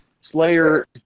Slayer